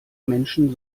menschen